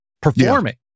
performing